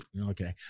okay